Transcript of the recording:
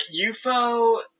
UFO